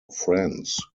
friends